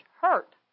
hurt